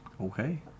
Okay